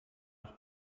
nach